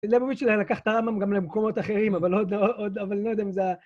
לייבוביץ׳ לקח את הרמב״ם גם למקומות אחרים, אבל לא יודע אם זה...